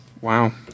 Wow